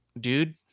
dude